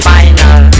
Final